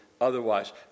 otherwise